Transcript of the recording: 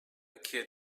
kid